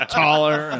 taller